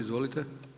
Izvolite.